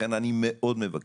לכן אני מאוד מבקש,